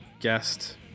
guest